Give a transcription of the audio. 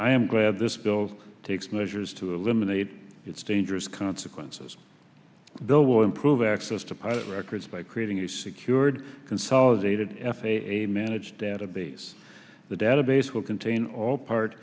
i am glad this bill takes measures to eliminate its dangerous consequences bill will improve access to private records by creating a secured consolidated f a a managed database the database will contain all part